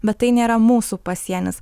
bet tai nėra mūsų pasienis